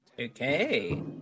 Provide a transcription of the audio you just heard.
Okay